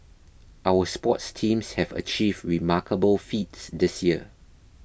our sports teams have achieved remarkable feats this year